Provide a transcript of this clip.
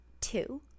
Two